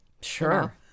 sure